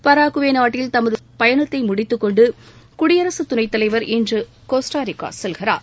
Paraguay நாட்டில் தமது பயணத்தை முடித்துகொண்டு குடியரகத் துணைத் தலைவர் இன்று கோஸ்டாரிக்கா செல்கிறார்